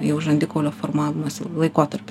jau žandikaulio formavimosi laikotarpis